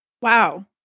Wow